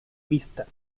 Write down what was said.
vista